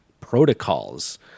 protocols